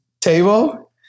table